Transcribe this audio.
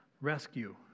rescue